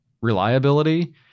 reliability